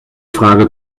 frage